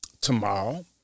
tomorrow